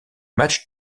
match